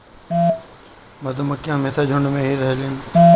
मधुमक्खी हमेशा झुण्ड में ही रहेलीन